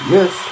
Yes